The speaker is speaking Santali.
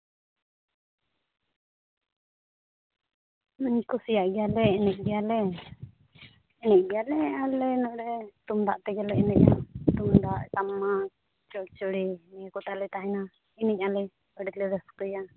ᱤᱧ ᱠᱩᱥᱤᱭᱟᱜ ᱜᱮᱭᱟ ᱞᱮ ᱮᱱᱮᱡ ᱜᱮᱭᱟ ᱞᱮ ᱮᱱᱮᱡ ᱜᱮᱭᱟᱞᱮ ᱟᱨ ᱟᱞᱮ ᱱᱚᱸᱰᱮ ᱛᱩᱢᱫᱟᱜ ᱛᱮᱜᱮ ᱞᱮ ᱮᱱᱮᱡᱼᱟ ᱛᱩᱢᱫᱟᱜ ᱴᱟᱢᱟᱠ ᱪᱚᱲᱪᱚᱲᱤ ᱱᱤᱭᱟᱹ ᱠᱚ ᱛᱟᱞᱮ ᱛᱟᱦᱮᱱᱟ ᱮᱱᱮᱡ ᱟᱞᱮ ᱟᱹᱰᱤ ᱜᱟᱱ ᱞᱮ ᱨᱟᱹᱥᱠᱟᱹᱭᱟ